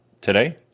today